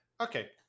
okay